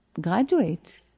graduate